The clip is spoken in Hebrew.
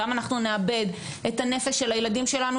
אנחנו גם נאבד את הנפש של הילדים שלנו,